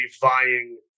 vying